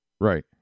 Right